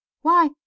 Why